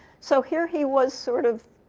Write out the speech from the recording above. so here he was, sort of,